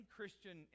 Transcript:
Christian